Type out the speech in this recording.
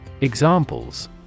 Examples